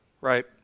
right